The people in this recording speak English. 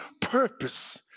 purpose